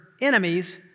enemies